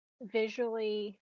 visually